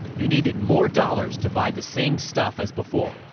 you needed more dollars to buy the same stuff as before.